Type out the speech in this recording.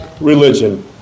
religion